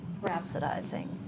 rhapsodizing